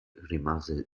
rimase